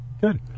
Good